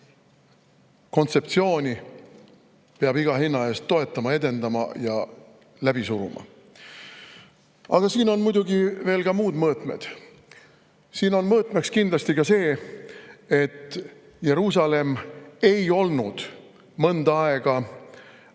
kontseptsiooni peab iga hinna eest toetama, edendama ja läbi suruma. Aga siin on muidugi veel ka muud mõõtmed. Siin on kindlasti ka see mõõde, et Jeruusalemm ei olnud mõnda aega